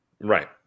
Right